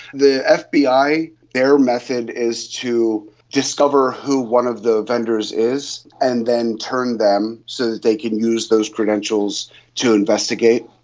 the ah fbi, their method is to discover who one of the vendors is and then turn them so that they can use those credentials to investigate.